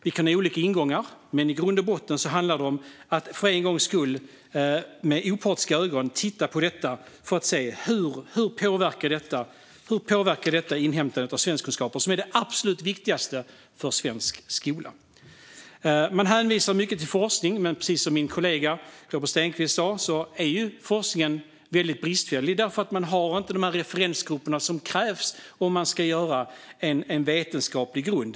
Vi kan ha olika ingångar, men i grund och botten handlar det om att för en gångs skull och med opartiska ögon titta på detta för att se hur det påverkar inhämtandet av svenskkunskaper, som är det absolut viktigaste för svensk skola. Man hänvisar ofta till forskning, men precis som min kollega Robert Stenkvist sa är forskningen väldigt bristfällig. Man har inte de referensgrupper som krävs för en vetenskaplig grund.